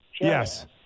Yes